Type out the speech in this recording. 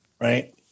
Right